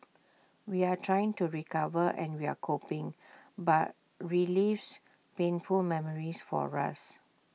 we're trying to recover and we're coping but relives painful memories for us